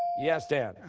yes, dan?